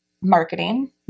marketing